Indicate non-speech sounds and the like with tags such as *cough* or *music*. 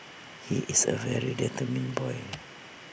he is A very determined boy *noise*